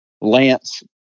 Lance